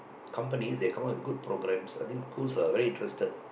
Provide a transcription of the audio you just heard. companies they come out with good programs I think cools uh very interested